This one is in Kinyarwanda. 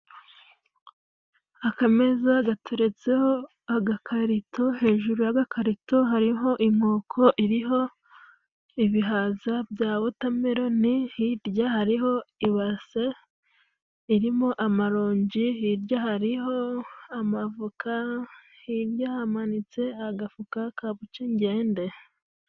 Akameza gateretseho agakarito hejuru y'agakarito hariho inkoko iriho ibihaza bya wotameloni hirya hariho ibase irimo amaronji hirya hariho amavoka hirya hamanitse agafuka ka bucengende.